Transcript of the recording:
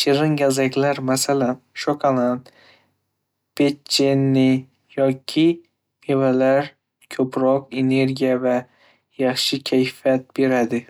Shirin gazaklar, masalan, shokolad, pechene yoki mevalar, ko'proq energiya va yaxshi kayfiyat beradi.